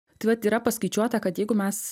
tai vat yra paskaičiuota kad jeigu mes